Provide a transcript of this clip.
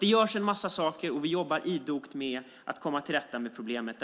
Det görs en massa saker, och vi jobbar idogt med att komma till rätta med problemet.